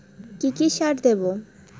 কি কি সার দেবো?